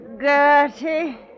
Gertie